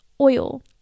Oil